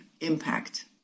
impact